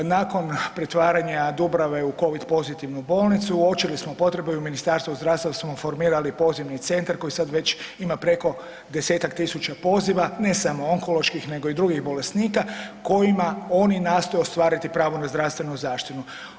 Nakon pretvaranja Dubrave u covid pozitivnu bolnicu uočili smo potrebu i u Ministarstvu zdravstva smo formirali pozivni centar koji sad već ima preko 10-tak tisuća poziva, ne samo onkoloških nego i drugih bolesnika kojima oni nastoje ostvariti pravo na zdravstvenu zaštitu.